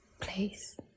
place